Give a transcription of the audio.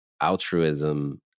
altruism